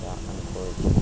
అనుభూతి